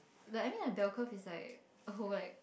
the I mean the bell curve is like a whole like